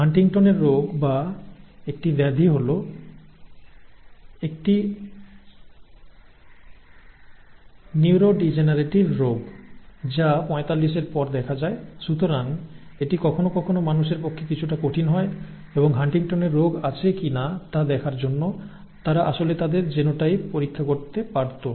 হান্টিংটনের রোগ বা একটি ব্যাধি হল একটি নিউরোডিজেনারেটিভ রোগ যা 45 এর পর দেখা যায় সুতরাং এটি কখনও কখনও মানুষের পক্ষে কিছুটা কঠিন হয় এবং হান্টিংটনের রোগ আছে কিনা তা দেখার জন্য তারা আসলে তাদের জিনোটাইপ পরীক্ষা করতে পারত